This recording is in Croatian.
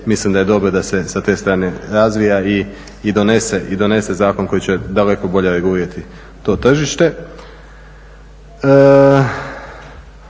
mislim da je dobro da se sa te strane razvija i donese zakon koji će daleko bolje regulirati to tržište.